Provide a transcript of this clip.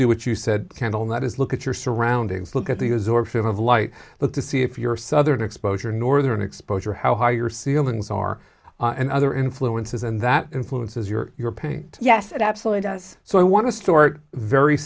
do what you said candle and that is look at your surroundings look at the use or film of light but to see if your southern exposure northern exposure how high your ceilings are and other influences and that influences your your paint yes it absolutely does so i want to start very